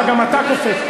מה גם אתה קופץ?